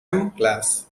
class